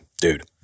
Dude